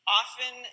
often